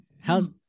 How's